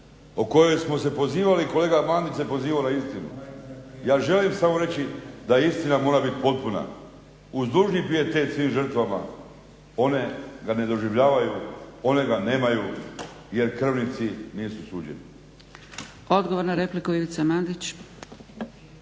po kojoj smo se pozivali kolega Mandić se pozivao na istinu. Ja želim samo reći da je istina mora biti potpuna uz dužni pijetet svim žrtvama one ga ne doživljavaju one ga nemaj jer krvnici nisu suđeni. **Zgrebec, Dragica (SDP)**